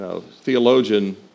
theologian